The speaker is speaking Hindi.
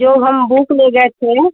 जो हम बुक ले गए थे